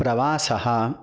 प्रवासः